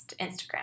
Instagram